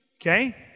Okay